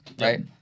right